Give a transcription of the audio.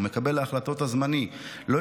שמקבל ההחלטות הזמני סבור שיש לתת לו,